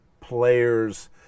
players